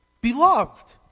Beloved